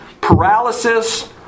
paralysis